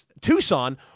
Tucson